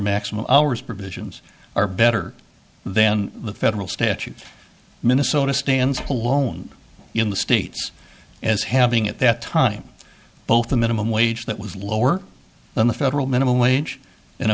maximum hours provisions are better then the federal statute minnesota stands alone in the states as having at that time both the minimum wage that was lower than the federal minimum wage in a